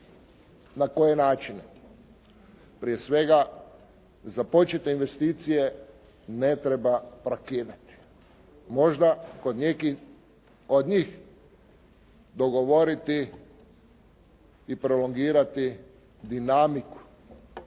Na koje načine? Prije svega započete investicije ne treba prekidati. Možda kod nekih od njih dogovoriti i prolongirati dinamiku